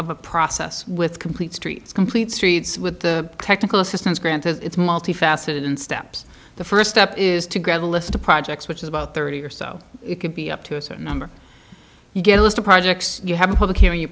a process with complete streets complete streets with the technical assistance grants it's multi faceted and steps the first step is to grab a list of projects which is about thirty or so it could be up to a certain number you get a list of projects you have